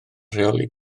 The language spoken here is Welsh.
rheoli